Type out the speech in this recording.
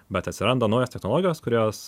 bet atsiranda naujos technologijos kurios